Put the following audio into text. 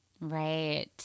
Right